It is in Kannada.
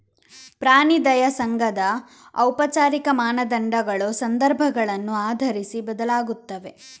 ಪ್ರಾಣಿ ದಯಾ ಸಂಘದ ಔಪಚಾರಿಕ ಮಾನದಂಡಗಳು ಸಂದರ್ಭಗಳನ್ನು ಆಧರಿಸಿ ಬದಲಾಗುತ್ತವೆ